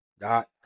dot